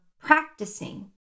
practicing